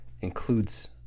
includes